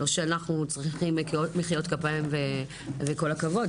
לא שאנחנו צריכים מחיאות כפיים וכל הכבוד,